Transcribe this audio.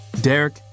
Derek